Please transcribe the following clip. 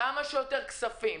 כספים,